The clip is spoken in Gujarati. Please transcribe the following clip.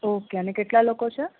ઓકે અને કેટલા લોકો છે